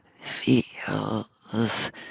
feels